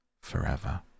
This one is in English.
forever